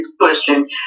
question